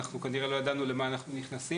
אנחנו כנראה לא ידענו למה אנחנו נכנסים.